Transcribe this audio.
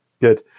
Good